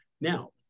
Now